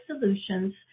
solutions